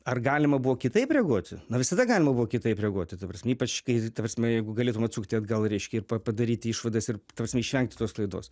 ar galima buvo kitaip reaguoti na visada galima buvo kitaip reaguoti ta prasme ypač kai ta prasme jeigu galėtum atsukti atgal reiškia ir pa padaryti išvadas ir ta prasme išvengti tos klaidos